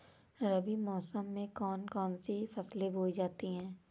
रबी मौसम में कौन कौन सी फसलें बोई जाती हैं?